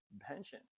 pension